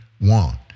want